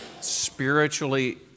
spiritually